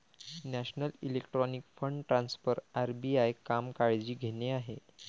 national electronic fund transfer RBI काम काळजी घेणे आहे